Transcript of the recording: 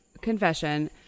confession